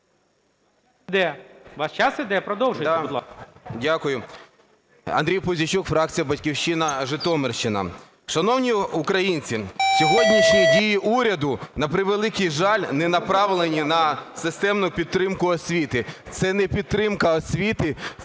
Дякую. Андрій Пузійчук, фракція "Батьківщина", Житомирщина. Шановні українці, сьогоднішні дії уряду, на превеликий жаль, не направлені на системну підтримку освіти. Це не підтримка освіти,